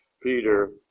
Peter